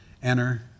enter